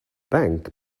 bank